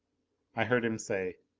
i heard him say